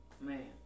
man